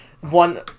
one